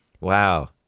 Wow